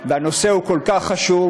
והנושא הוא כל כך חשוב,